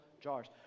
jars